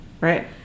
Right